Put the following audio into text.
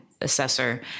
assessor